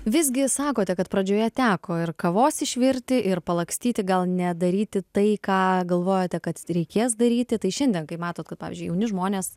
visgi sakote kad pradžioje teko ir kavos išvirti ir palakstyti gal nedaryti tai ką galvojate kad reikės daryti tai šiandien kai matot kad pavyzdžiui jauni žmonės